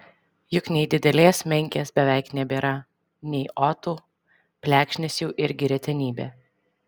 juk nei didelės menkės beveik nebėra nei otų plekšnės jau irgi retenybė